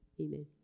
amen